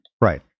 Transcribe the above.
right